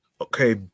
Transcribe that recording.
okay